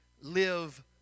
live